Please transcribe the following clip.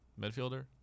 midfielder